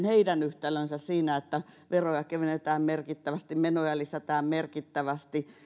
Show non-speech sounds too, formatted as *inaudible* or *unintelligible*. *unintelligible* heidän yhtälönsä siitä että veroja kevennetään merkittävästi menoja lisätään merkittävästi